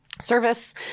service